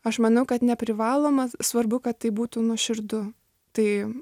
aš manau kad neprivaloma svarbu kad tai būtų nuoširdu tai